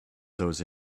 those